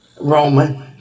Roman